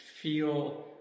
feel